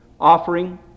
offering